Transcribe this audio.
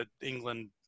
England